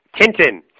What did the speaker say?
Tintin